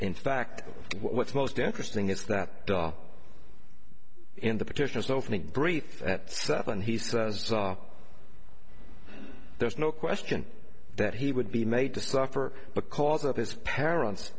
in fact what's most interesting is that in the petitions opening brief at seven he says there's no question that he would be made to suffer because of his parents